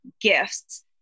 gifts